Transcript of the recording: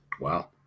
Wow